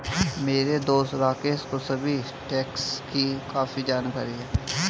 मेरे दोस्त राकेश को सभी टैक्सेस की काफी जानकारी है